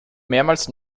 mehrmals